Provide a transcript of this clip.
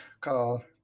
called